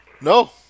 No